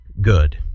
good